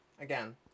again